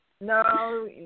No